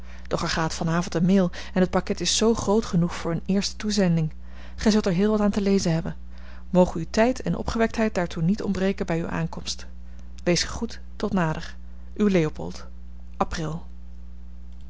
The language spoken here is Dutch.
er gaat van avond een mail en het pakket is z groot genoeg voor eene eerste toezending gij zult er heel wat aan te lezen hebben moge u tijd en opgewektheid daartoe niet ontbreken bij uwe aankomst wees gegroet tot nader uw leopold april